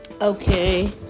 Okay